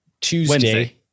Tuesday